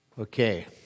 Okay